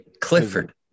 Clifford